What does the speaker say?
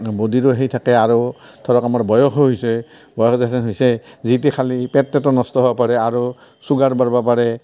ব'ডিৰো সেই থাকে আৰু ধৰক আমাৰ বয়সও হৈছে বয়স যেথেন হৈছে যি টি খালি পেট টেতও নষ্ট হ'ব পাৰে আৰু চুগাৰ বাঢ়বা পাৰে